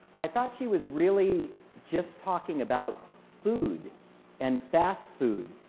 i thought she was really just talking about food and fast food.